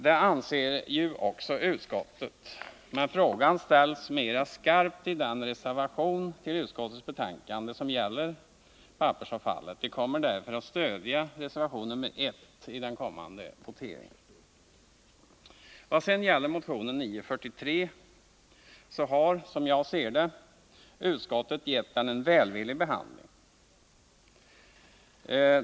Det anser också utskottet, men kravet framställs med större skärpa i den reservation som är fogad vid utskottets betänkande och som gäller pappersavfallet. Vi kommer därför att stödja reservation 1 i den kommande voteringen. Vad sedan gäller motion 943 så har utskottet, som jag ser det, gett den en välvillig behandling.